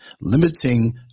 limiting